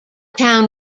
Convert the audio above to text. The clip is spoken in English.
town